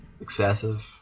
excessive